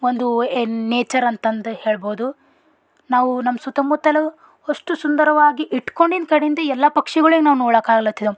ಒಂದು ಏನು ನೇಚರ್ ಅಂತಂದು ಹೇಳ್ಬೋದು ನಾವು ನಮ್ಮ ಸುತ್ತಮುತ್ತಲೂ ಅಷ್ಟು ಸುಂದರವಾಗಿ ಇಟ್ಕೊಂಡಿದ್ ಕಡಿಂದು ಎಲ್ಲ ಪಕ್ಷಿಗಳಿಗೆ ನಾವು ನೋಡ್ಲಾಕ ಆಗ್ಲತ್ತಿದೇವೆ